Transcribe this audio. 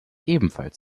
ebenfalls